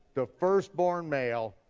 the firstborn male,